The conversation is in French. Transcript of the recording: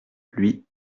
lui